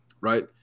right